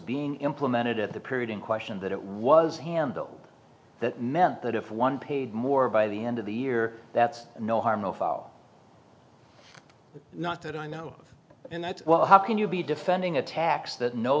being implemented at the period in question that it was handled that meant that if one paid more by the end of the year that's no harm no foul not that i know of in that well how can you be defending a tax that no